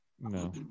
No